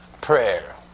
prayer